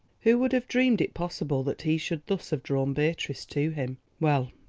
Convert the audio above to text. who would have dreamed it possible that he should thus have drawn beatrice to him? well,